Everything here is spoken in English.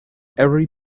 every